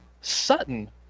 Sutton